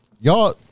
Y'all